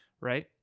right